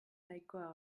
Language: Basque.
nahikoa